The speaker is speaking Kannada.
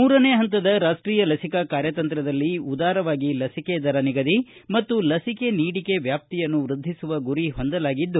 ಮೂರನೇ ಹಂತದ ರಾಷ್ಷೀಯ ಲಸಿಕಾ ಕಾರ್ಯತಂತ್ರದಲ್ಲಿ ಉದಾರವಾಗಿ ಲಸಿಕೆ ದರ ನಿಗದಿ ಮತ್ತು ಲಸಿಕೆ ನೀಡಿಕೆ ವ್ವಾಪ್ತಿಯನ್ನು ವ್ಯದ್ದಿಸುವ ಗುರಿ ಹೊಂದಲಾಗಿದೆ